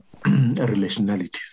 relationalities